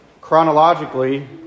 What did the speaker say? chronologically